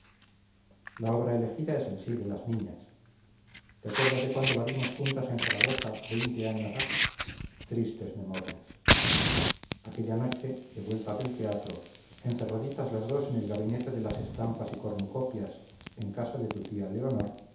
la obra elegida es el sí de las niñas te acuerdas de cuando la vimos juntas en zaragoza veinte años ha tristes memorias aquella noche de vuelta del teatro encerraditas las dos en el gabinete de las estampas y cornucopias en casa de tu tía leonor